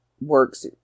works